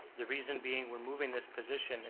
the reason being, we're moving this position,